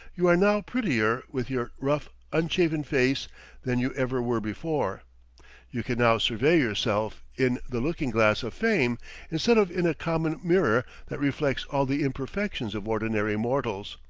you are now prettier with your rough, unshaven face than you ever were before you can now survey yourself in the looking-glass of fame instead of in a common mirror that reflects all the imperfections of ordinary mortals.